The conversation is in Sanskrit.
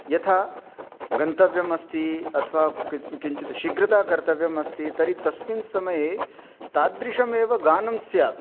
यथा गन्तव्यमस्ति अथवा किञ्चित् शीघ्रता कर्तव्यमस्ति तर्हि तस्मिन् समये तादृशमेव गानं स्यात्